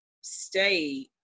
stay